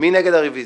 מי נגד הרביזיה?